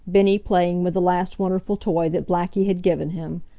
bennie playing with the last wonderful toy that blackie had given him.